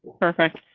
perfect.